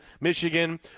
Michigan